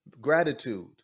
gratitude